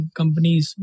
companies